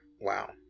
Wow